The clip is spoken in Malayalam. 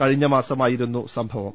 കഴിഞ്ഞ മാസമായിരുന്നു സംഭവം